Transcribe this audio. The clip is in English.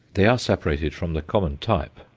they are separated from the common type,